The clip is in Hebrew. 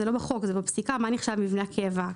זה לא בחוק אלא בפסיקה, מה נחשב מבנה קבע.